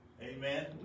Amen